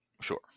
sure